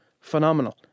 phenomenal